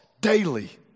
daily